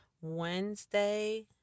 Wednesday